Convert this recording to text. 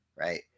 Right